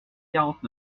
quarante